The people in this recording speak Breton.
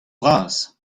bras